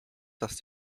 dass